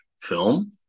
film